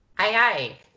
Aye